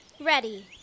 ready